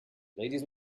ladies